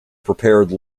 prepared